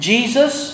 Jesus